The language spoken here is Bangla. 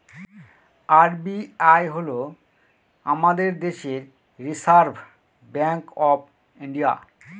আর.বি.আই হল আমাদের দেশের রিসার্ভ ব্যাঙ্ক অফ ইন্ডিয়া